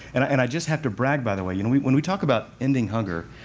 and i just have to brag, by the way. you know when we talk about ending hunger,